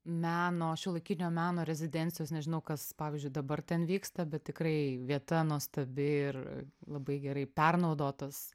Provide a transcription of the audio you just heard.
meno šiuolaikinio meno rezidencijos nežinau kas pavyzdžiui dabar ten vyksta bet tikrai vieta nuostabi ir labai gerai pernaudotas